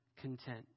content